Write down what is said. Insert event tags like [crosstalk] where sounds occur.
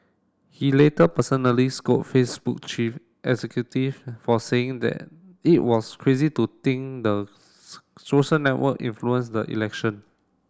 he later personally scold Facebook chief executive for saying that it was crazy to think the [unintelligible] social network influenced the election